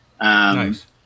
Nice